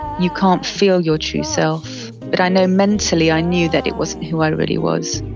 you can't feel your true self. but i know mentally i knew that it wasn't who i really was.